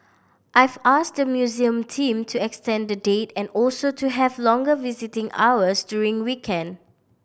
I've asked the museum team to extend the date and also to have longer visiting hours during weekend